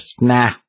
Nah